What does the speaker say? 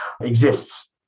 exists